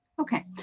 Okay